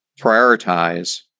prioritize